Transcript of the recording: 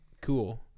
cool